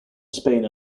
spain